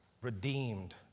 redeemed